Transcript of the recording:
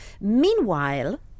Meanwhile